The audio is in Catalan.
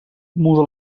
muda